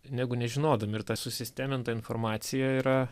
negu nežinodami ir ta susisteminta informacija yra